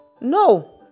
No